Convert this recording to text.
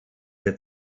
der